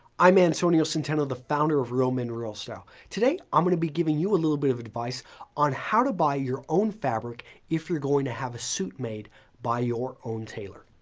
i'm antonio centeno, the founder of real men real style. today, i'm going to be giving you a little bit of advice on how to buy your own fabric if you're going to have a suit made by your own tailor.